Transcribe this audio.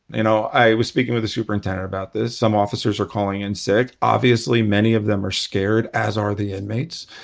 you know, i was speaking with the superintendent about this. some officers are calling in sick. obviously many of them are scared as are the inmates.